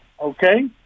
Okay